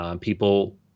People